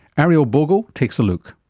ariel bogle takes a look.